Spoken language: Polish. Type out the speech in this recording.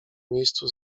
miejscu